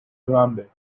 grande